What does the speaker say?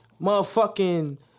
motherfucking